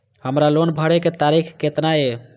हमर लोन भरे के तारीख केतना ये?